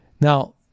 Now